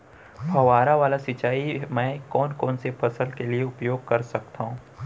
फवारा वाला सिंचाई मैं कोन कोन से फसल के लिए उपयोग कर सकथो?